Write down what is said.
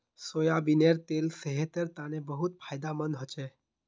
सोयाबीनेर तेल सेहतेर तने बहुत फायदामंद हछेक